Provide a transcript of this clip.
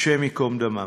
השם ייקום דמם.